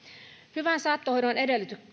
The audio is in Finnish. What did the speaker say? hyvään saattohoitoon kuuluvia edellytyksiä